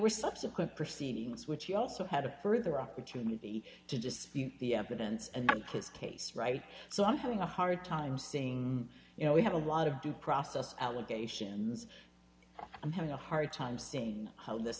were subsequent proceedings which he also had a further opportunity to dispute the evidence and his case right so i'm having a hard time saying you know we have a lot of due process allegations i'm having a hard time seen how th